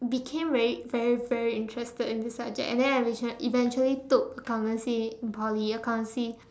became very very very interested in this subject and then I become eventually took accountancy in Poly accountancy